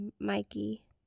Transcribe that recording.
Mikey